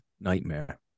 nightmare